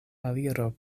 aliro